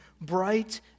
bright